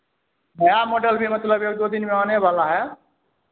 नया मॉडल भी मतलब एक एक दो दिन में आने वाला है